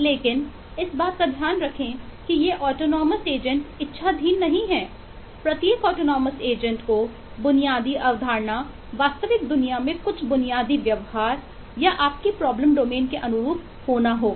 लेकिन इस बात का ध्यान रखें कि ये ऑटोनॉमस एजेंट के अनुरूप होना चाहिए